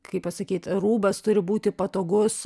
kaip pasakyt rūbas turi būti patogus